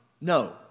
No